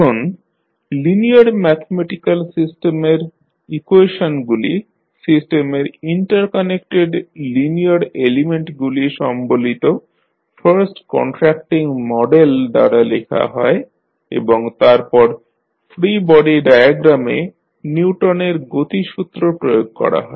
এখন linear mathematical সিস্টেমের ইকুয়েশনগুলি সিস্টেমের ইন্টারকানেক্টেড লিনিয়ার এলিমেন্টগুলি সম্বলিত ফার্স্ট কনস্ট্রাক্টিং মডেল দ্বারা লেখা হয় এবং তারপর ফ্রী বডি ডায়াগ্রামে নিউটনের গতিসূত্র Newton's law of motion প্রয়োগ করা হয়